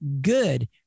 good